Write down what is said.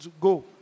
go